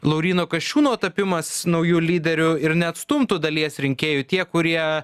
lauryno kasčiūno tapimas nauju lyderiu ir neatstumtų dalies rinkėjų tie kurie